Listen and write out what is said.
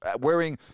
wearing